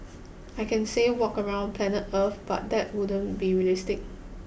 I can say walk around planet earth but that wouldn't be realistic